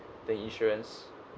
the insurance